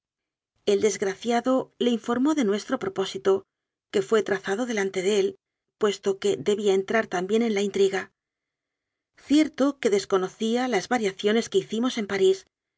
el desgraciado le informó de nuestro propósito que fué trazado delante de él puesto que debía entrar también en la intriga cierto que desconocía las variaciones que hicimos en parís